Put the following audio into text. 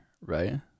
right